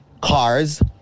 cars